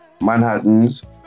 Manhattan's